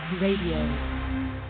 Radio